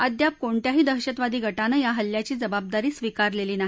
अद्याप कोणत्याही दहशतवादी गटानं या हल्ल्याची जबाबदारी स्वीकारलेली नाही